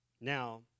Now